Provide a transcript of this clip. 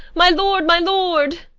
my lord, my lord!